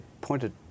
pointed